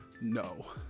no